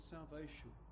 Salvation